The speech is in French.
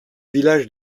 village